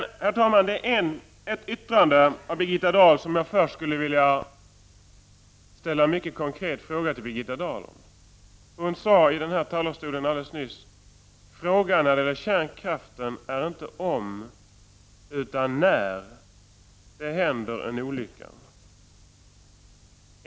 Ett yttrande av Birgitta Dahl skulle jag vilja ställa en konkret fråga om. Hon sade alldeles nyss: Frågan när det gäller kärnkraften är inte om utan när det händer en olycka.